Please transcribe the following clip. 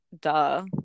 duh